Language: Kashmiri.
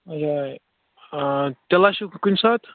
یا یہِ چھُ کُنہِ ساتہٕ